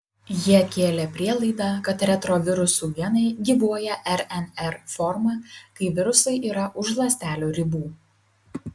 jie kėlė prielaidą kad retrovirusų genai gyvuoja rnr forma kai virusai yra už ląstelių ribų